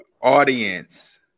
Audience